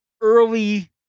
early